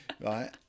right